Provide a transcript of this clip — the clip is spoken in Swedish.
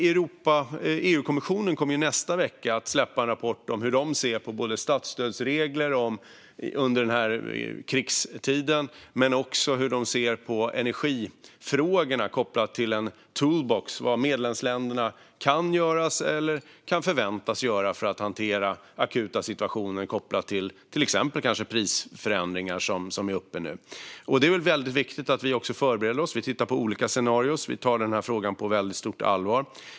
EU-kommissionen kommer i nästa vecka att släppa en rapport om hur de ser på både statsstödsregler under krigstiden och energifrågorna kopplat till en tool box - vad medlemsländerna kan göra eller kan förväntas göra för att hantera akuta situationer kopplade till exempelvis prisförändringar, som den som är uppe nu. Det är viktigt att vi förbereder oss. Vi tittar på olika scenarier, och vi tar frågan på väldigt stort allvar.